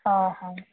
ହଁ ହଉ